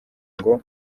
ngo